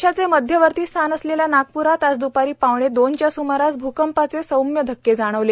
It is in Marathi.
देशाचे मध्यवर्ती स्थान असलेल्या नागप्रात आज द्रपारी पावणे दोनच्या स्मारास भूकंपाचे सौम्य धक्के जाणवले